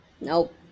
Nope